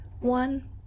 one